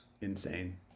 Insane